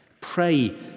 Pray